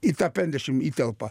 į tą penkiasdešim įtelpa